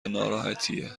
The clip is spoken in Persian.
ناراحتیه